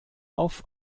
auf